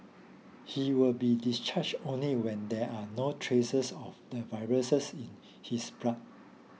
he will be discharge only when there are no traces of the viruses in his blood